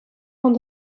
van